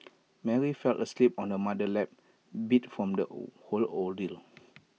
Mary fell asleep on her mother's lap beat from the whole ordeal